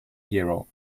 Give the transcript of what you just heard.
hero